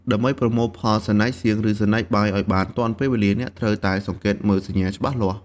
ដើម្បីប្រមូលផលសណ្ដែកសៀង ឬសណ្ដែកបាយឲ្យបានទាន់ពេលវេលា អ្នកត្រូវតែសង្កេតមើលសញ្ញាច្បាស់លាស់។